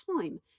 time